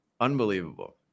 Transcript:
unbelievable